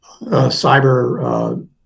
cyber